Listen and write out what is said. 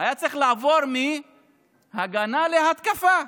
היה צריך לעבור מהגנה להתקפה.